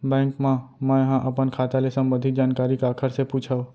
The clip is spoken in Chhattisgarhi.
बैंक मा मैं ह अपन खाता ले संबंधित जानकारी काखर से पूछव?